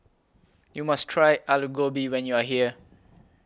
YOU must Try Alu Gobi when YOU Are here